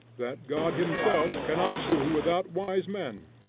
that god himself cannot do without wise men.